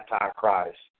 Antichrist